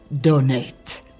donate